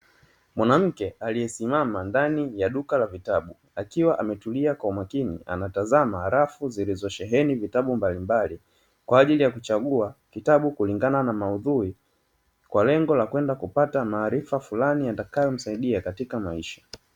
Mwanamke aliyesimama ndani ya duka la vitabu akiwa ametulia kwa umakini anatazama halafu zilizosheheni vitabu mbalimbali kwa ajili ya kuchagua kitabu kulingana na maudhui kwa lengo la kwenda kupata maarifa fulani atakayomsaidia katika maisha.